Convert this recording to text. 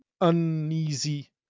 uneasy